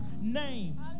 name